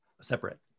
separate